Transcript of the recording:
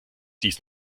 dies